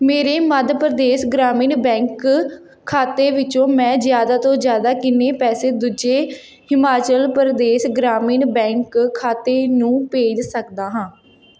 ਮੇਰੇ ਮੱਧ ਪ੍ਰਦੇਸ਼ ਗ੍ਰਾਮੀਣ ਬੈਂਕ ਖਾਤੇ ਵਿੱਚੋਂ ਮੈਂ ਜ਼ਿਆਦਾ ਤੋਂ ਜ਼ਿਆਦਾ ਕਿੰਨੇ ਪੈਸੇ ਦੂਜੇ ਹਿਮਾਚਲ ਪ੍ਰਦੇਸ਼ ਗ੍ਰਾਮੀਣ ਬੈਂਕ ਖਾਤੇ ਨੂੰ ਭੇਜ ਸਕਦਾ ਹਾਂ